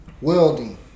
welding